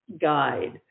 guide